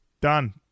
done